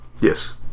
Yes